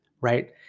right